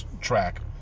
track